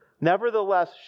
Nevertheless